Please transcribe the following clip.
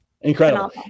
Incredible